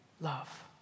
Love